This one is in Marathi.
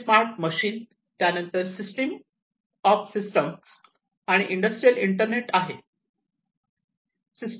आपल्याकडे स्मार्ट मशीन त्यानंतर सिस्टीम ऑफ सिस्टीम आणि इंडस्ट्रियल इंटरनेट आहे